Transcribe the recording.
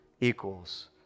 equals